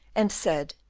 and said,